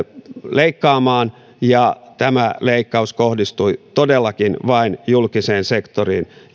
leikkaamaan ja tämä leikkaus kohdistui todellakin vain julkiseen sektoriin